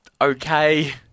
okay